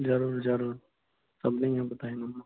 ज़रूर ज़रूर सभिनी खे ॿुधाइंदोमांव